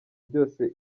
byose